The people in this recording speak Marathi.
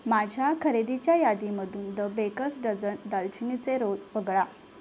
माझ्या खरेदीच्या यादीमधून द बेकर्स डझन दालचिनीचे रोल वगळा